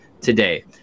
today